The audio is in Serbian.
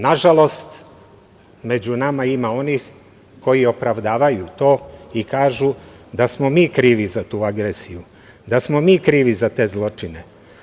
Nažalost, među nama ima onih koji opravdavaju to i kažu da smo mi krivi za tu agresiju, da smo mi krivi za te zločine.